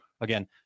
again